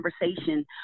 conversation